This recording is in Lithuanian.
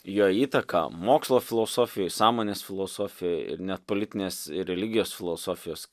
jo įtaka mokslo filosofijoj sąmonės filosofijoj ir net politinės ir religijos filosofijos